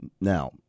Now